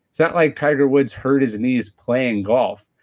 it's not like tiger woods hurt his knees playing golf.